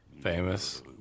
Famous